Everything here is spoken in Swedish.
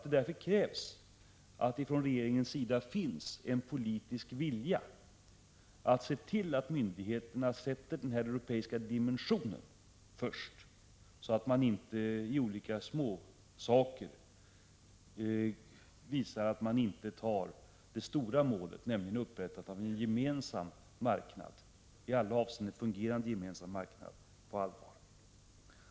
Därför krävs det en politisk vilja från regeringens sida att se till att myndigheterna sätter denna europeiska dimension främst. Man måste visa att man tar det stora målet, upprättandet av en i alla avseenden fungerande gemensam marknad, på allvar.